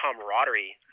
camaraderie